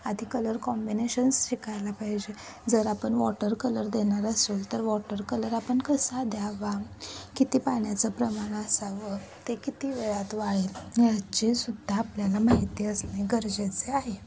आधी colour combinations शिकायला पाहिजे जर आपण वॉटर कलर देणार असेल तर वॉटर कलर आपण कसा द्यावा किती पाण्याचं प्रमाण असावं ते किती वेळात वाळेल याचीसुद्धा आपल्याला माहिती असणे गरजेचे आहे